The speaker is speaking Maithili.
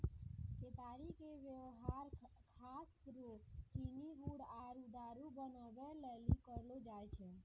केतारी के वेवहार खास रो चीनी गुड़ आरु दारु बनबै लेली करलो जाय छै